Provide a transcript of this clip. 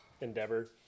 endeavor